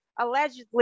allegedly